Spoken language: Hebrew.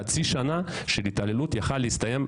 חצי שנה של התעללות יכולה הייתה להסתיים